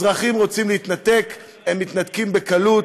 אזרחים רוצים להתנתק, הם מתנתקים בקלות.